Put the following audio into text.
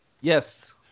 Yes